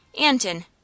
Anton